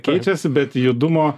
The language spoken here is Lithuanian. keičiasi bet judumo